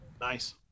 nice